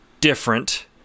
different